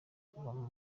kuvoma